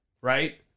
Right